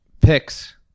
picks